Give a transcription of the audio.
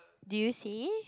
do you see